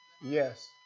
yes